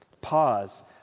Pause